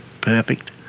perfect